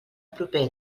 proper